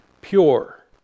pure